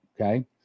Okay